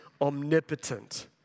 omnipotent